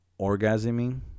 orgasming